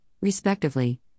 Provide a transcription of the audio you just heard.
respectively